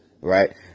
right